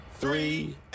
three